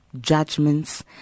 judgments